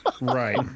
Right